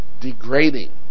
degrading